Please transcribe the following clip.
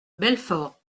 belfort